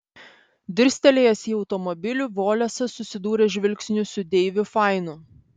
dirstelėjęs į automobilį volesas susidūrė žvilgsniu su deiviu fainu